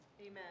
Amen